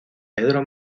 pedro